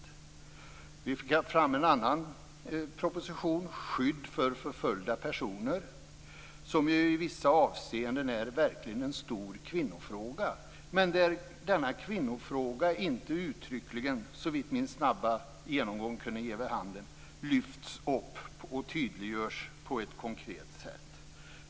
En annan proposition som jag plockade fram gäller skydd för förföljda personer. I vissa avseenden är detta verkligen en stor kvinnofråga. Men denna kvinnofråga lyfts inte uttryckligen, åtminstone som min snabba genomgång kunde ge vid handen, fram. Den tydliggörs heller inte på ett konkret sätt.